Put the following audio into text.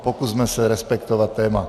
Pokusme se respektovat téma.